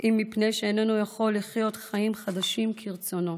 אם מפני שאיננו יכול לחיות חיים חדשים כרצונו